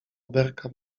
oberka